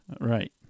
Right